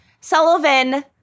Sullivan